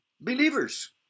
believers